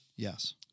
Yes